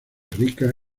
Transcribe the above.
rica